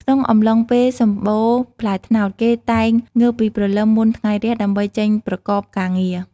ក្នុងអំឡុងពេលសំបូរផ្លែត្នោត គេតែងងើបពីព្រលឹមមុនថ្ងៃរះ ដើម្បីចេញប្រកបការងារ។